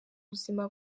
buzima